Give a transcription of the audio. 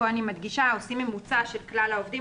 כאן אני מדגישה שעושים ממוצע של כלל העובדים.